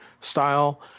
style